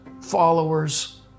followers